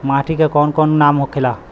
माटी के कौन कौन नाम होखेला?